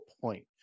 point